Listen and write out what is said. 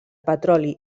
petroli